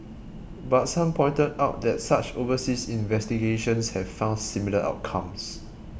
but some pointed out that such overseas investigations have found similar outcomes